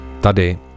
tady